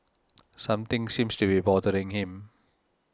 something seems to be bothering him